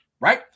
right